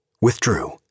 withdrew